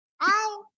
Hi